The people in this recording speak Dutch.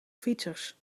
fietsers